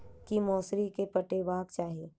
की मौसरी केँ पटेबाक चाहि?